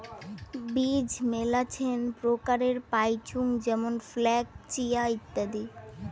বীজ মেলাছেন প্রকারের পাইচুঙ যেমন ফ্লাক্স, চিয়া, ইত্যাদি